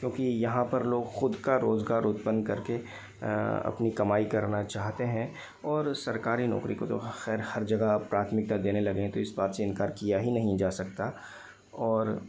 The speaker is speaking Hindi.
क्योंकि यहाँ पर लोग खुद का रोजगार उत्पन्न करके अपनी कमाई करना चाहते हैं और सरकारी नौकरी को तो खैर हर जगह अब प्राथमिकता देने लगे हैं तो इस बात से तो इंकार किया ही नहीं जा सकता और